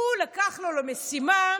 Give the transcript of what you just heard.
הוא לקח לו משימה,